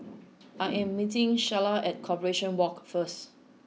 I am meeting Shyla at Corporation Walk first